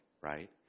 right